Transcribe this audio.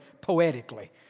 poetically